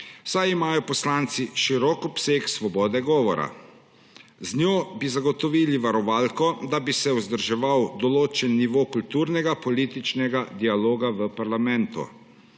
saj imajo poslanci širok obseg svobode govora. Z njo bi zagotovili varovalko, da bi se vzdrževal določen nivo kulturnega političnega dialoga v parlamentu.